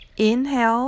inhale